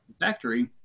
factory